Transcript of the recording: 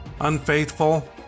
Unfaithful